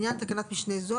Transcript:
לעניין תקנת משנה זו,